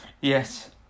Yes